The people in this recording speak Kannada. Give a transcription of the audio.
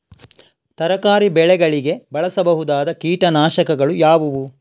ತರಕಾರಿ ಬೆಳೆಗಳಿಗೆ ಬಳಸಬಹುದಾದ ಕೀಟನಾಶಕಗಳು ಯಾವುವು?